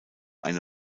eine